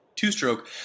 two-stroke